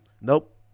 Nope